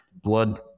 blood